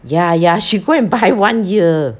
ya ya she go and buy one year